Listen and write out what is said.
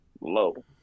low